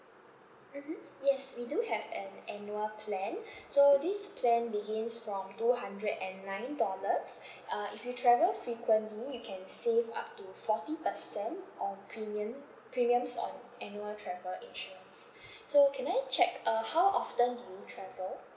mmhmm yes we do have an annual plan so this plan begins from two hundred and nine dollars uh if you travel frequently you can save up to forty percent on premium premiums on annual travel insurance so can I check uh how often do you travel